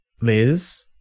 Liz